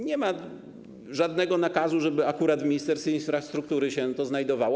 Nie ma żadnego nakazu, żeby akurat w Ministerstwie Infrastruktury się to znajdowało.